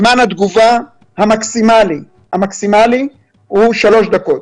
זמן התגובה המקסימלי הוא שלוש דקות.